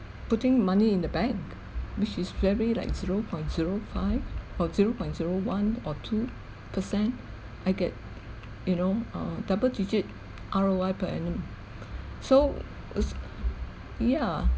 putting money in the bank which is very like zero point zero five or zero point zero one or two per cent I get you know uh double digit R_O_I per annum so s~ yeah